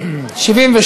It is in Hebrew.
(תיקון מס' 68), התשע"ו 2016, נתקבל.